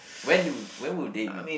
when do when will they win